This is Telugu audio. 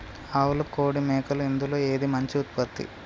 ఆవులు కోడి మేకలు ఇందులో ఏది మంచి ఉత్పత్తి?